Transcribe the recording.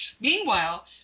Meanwhile